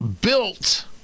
built